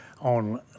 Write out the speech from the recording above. on